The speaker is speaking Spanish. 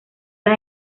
las